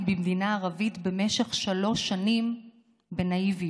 במדינה ערבית במשך שלוש שנים בנאיביות.